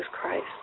Christ